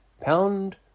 pound